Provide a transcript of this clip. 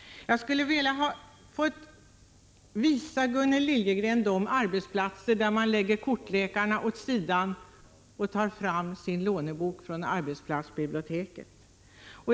Jag skulle vilja visa Gunnel Liljegren de arbetsplatser där man lägger kortlekarna åt sidan och i stället tar fram sin lånebok från arbetsplatsbiblioteket.